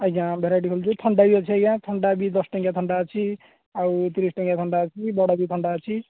ଆଜ୍ଞା ଭେରାଇଟି ମିଳୁଛି ଥଣ୍ଡା ବି ଅଛି ଆଜ୍ଞା ଥଣ୍ଡା ବି ଦଶ ଟଙ୍କିଆ ଥଣ୍ଡା ଅଛି ଆଉ ତିରିଶ ଟଙ୍କିଆ ଥଣ୍ଡା ଅଛି ବଡ଼ ବି ଥଣ୍ଡା ଅଛି